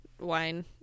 wine